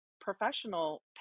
professional